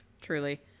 Truly